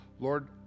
Lord